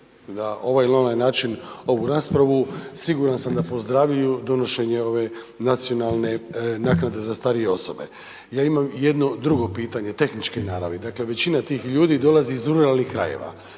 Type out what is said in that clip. na ovaj ili onaj način ovu raspravu siguran sam da pozdravljaju donošenje ove nacionalne naknade za starije osobe. Ja imam jedno drugo pitanje, tehničke naravi. Dakle većina tih ljudi dolazi iz ruralnih krajeva